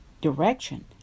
direction